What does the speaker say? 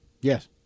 Yes